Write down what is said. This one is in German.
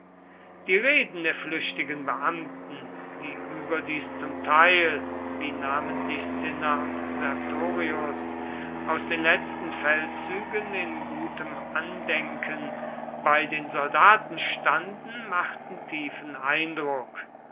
die reden der flüchtigen beamten die überdies zum teil wie namentlich cinna und sertorius aus den letzten feldzügen in gutem andenken bei den soldaten standen machten tiefen eindruck